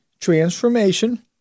transformation